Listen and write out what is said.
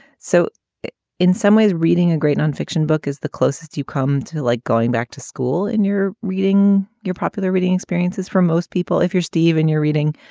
so in some ways, reading a great non-fiction book is the closest you come to like going back to school in your reading your popular reading experiences. for most people, if you're steve and you're reading,